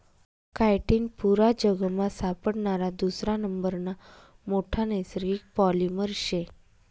chitin पुरा जगमा सापडणारा दुसरा नंबरना मोठा नैसर्गिक पॉलिमर शे